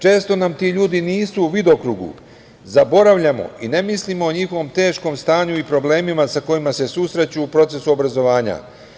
Često nam ti ljudi nisu u vidokrugu, zaboravljamo i ne mislimo o njihovom teškom stanju i problemima sa kojima se susreću u procesu obrazovanja.